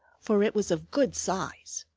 for it was of good size.